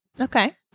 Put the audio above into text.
Okay